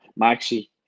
Maxi